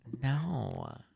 No